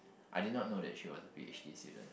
I did not know that she was a p_h_d student